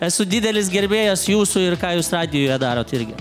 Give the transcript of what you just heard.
esu didelis gerbėjas jūsų ir ką jūs radijuje darot irgi